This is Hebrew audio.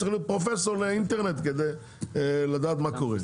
צריך להיות פרופסור לאינטרנט כדי לדעת מה קורה.